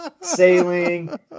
sailing